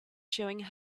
showing